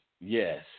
yes